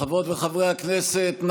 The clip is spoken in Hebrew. חברות וחברי הכנסת,